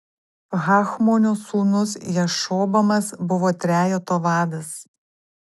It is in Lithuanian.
hachmonio sūnus jašobamas buvo trejeto vadas